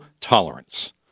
tolerance